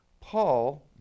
Paul